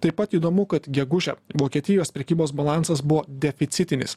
taip pat įdomu kad gegužę vokietijos prekybos balansas buvo deficitinis